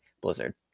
blizzard